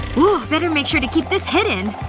better make sure to keep this hidden